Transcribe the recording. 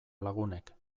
lagunek